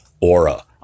aura